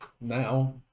now